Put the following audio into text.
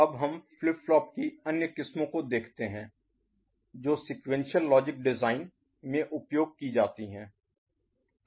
तो अब हम फ्लिप फ्लॉप की अन्य किस्मों को देखते हैं जो sequential logic design sequential logic design अनुक्रमिक तर्क डिजाइन में उपयोग की जाती हैं